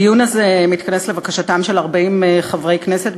הדיון הזה מתכנס לבקשתם של 40 חברי כנסת,